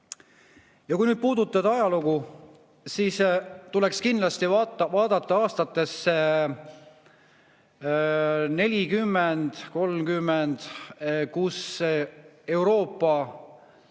Ja kui nüüd puudutada ajalugu, siis tuleks kindlasti vaadata aastatesse 1930–1940, kui Euroopas